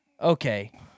okay